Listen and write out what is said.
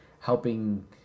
Helping